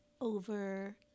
over